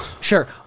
Sure